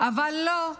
-- אבל לא,